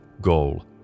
goal